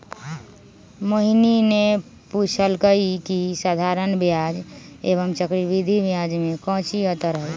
मोहिनी ने पूछल कई की साधारण ब्याज एवं चक्रवृद्धि ब्याज में काऊची अंतर हई?